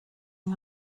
yng